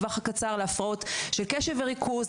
כבר עכשיו בטווח הקצר להפרעות של קשב וריכוז,